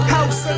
House